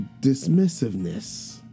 dismissiveness